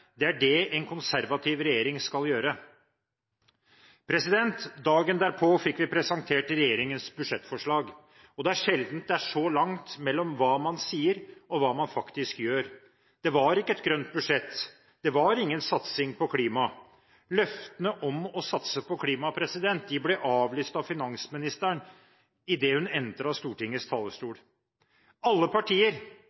Det er det en konservativ regjering skal gjøre.» Dagen derpå fikk vi presentert regjeringens budsjettforslag. Det er sjelden det er så langt mellom hva man sier, og hva man faktisk gjør. Det var ikke et grønt budsjett. Det var ingen satsing på klima. Løftene om å satse på klima ble avlyst av finansministeren idet hun entret Stortingets